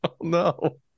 no